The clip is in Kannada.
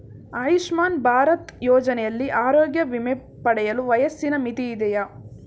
ಆಯುಷ್ಮಾನ್ ಭಾರತ್ ಯೋಜನೆಯಲ್ಲಿ ಆರೋಗ್ಯ ವಿಮೆ ಪಡೆಯಲು ವಯಸ್ಸಿನ ಮಿತಿ ಇದೆಯಾ?